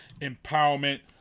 Empowerment